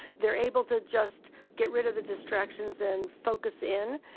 they're able to just get rid of the distractions and focus in.